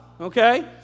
okay